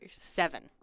Seven